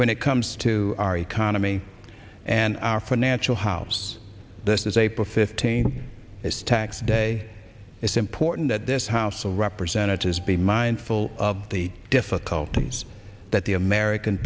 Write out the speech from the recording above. when it comes to our economy and our financial house this is a perfect taney is tax day it's important that this house of representatives be mindful of the difficulties that the american